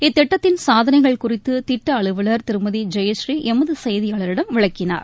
இத்திட்டத்தின் சாதனைகள் குறித்துதிட்டஅலுவலர் திருமதிஜெயப்நீ எமதுசெய்தியாளரிடம் விளக்கினார்